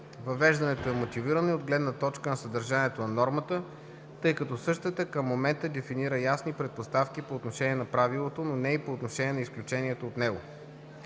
Въвеждането е мотивирано и от гледна точка на съдържанието на нормата, тъй като същата към момента дефинира ясни предпоставки по отношение на правилото, но не и по отношение на изключението от него.